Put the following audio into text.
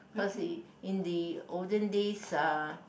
cause it in the olden days uh